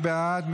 מי בעד?